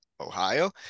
Ohio